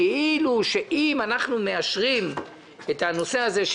כאילו שאם אנחנו מאשרים את הנושא הזה,